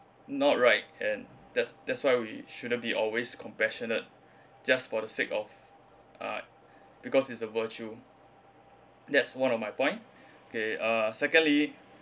not right and that's that's why we shouldn't be always compassionate just for the sake of uh because it's a virtue that's one of my point okay uh secondly